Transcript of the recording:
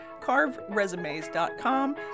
Carveresumes.com